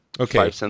Okay